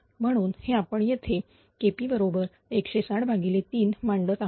म्हणून हे आपण येथे KP बरोबर 160 भागिले 3 मांडत आहोत